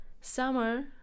summer